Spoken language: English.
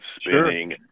spinning